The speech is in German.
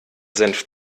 senf